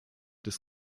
des